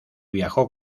viajó